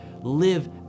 live